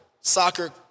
soccer